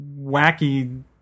wacky